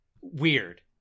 Weird